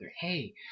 Hey